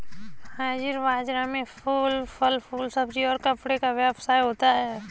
हाजिर बाजार में फल फूल सब्जी और कपड़े का व्यवसाय होता है